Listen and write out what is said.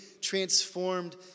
transformed